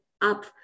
up